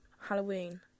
Halloween